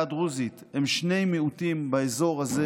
הדרוזית הם שני מיעוטים באזור הזה,